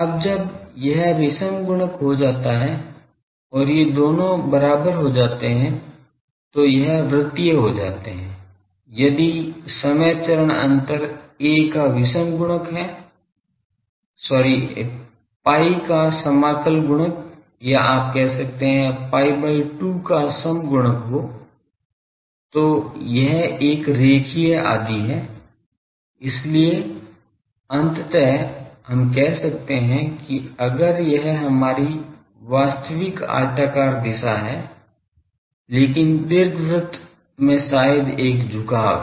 अब जब यह विषम गुणक हो जाता है और ये दोनों बराबर हो जाते हैं तो यह वृत्तीय हो जाते हैं यदि समय चरण अंतर a का विषम गुणक हो जाता है सॉरी pi का समाकल गुणक या आप कह सकते हैं pi by 2 का सम गुणक हो जाता है तो यह एक रेखीय आदि है इसलिए अंततः हम कह सकते हैं कि अगर यह हमारी वास्तविक आयताकार दिशा है लेकिन दीर्घवृत्त में शायद एक झुकाव है